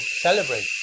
celebrate